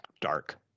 dark